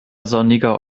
sonniger